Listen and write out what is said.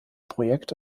projekt